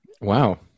Wow